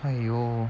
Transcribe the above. !aiyo!